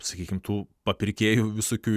sakykim tų papirkėjų visokių